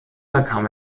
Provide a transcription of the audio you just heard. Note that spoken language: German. bekam